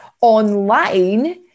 online